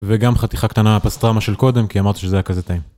וגם חתיכה קטנה הפסטרמה של קודם כי אמרתי שזה היה כזה טעים.